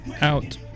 Out